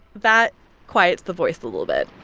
that quiets the voice a little bit